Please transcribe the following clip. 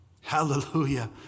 hallelujah